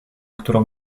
którą